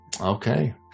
okay